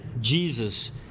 Jesus